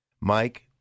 Mike